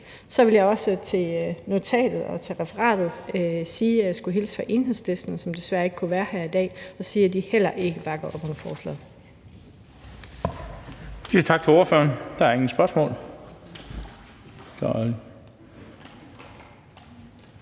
Så vil jeg også til notatet og til referatet sige, at jeg skulle hilse fra Enhedslisten, som desværre ikke kunne være her i dag, og sige, at de heller ikke bakker op om forslaget. Kl. 10:14 Den fg.